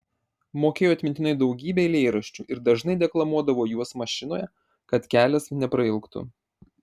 mokėjo atmintinai daugybę eilėraščių ir dažnai deklamuodavo juos mašinoje kad kelias neprailgtų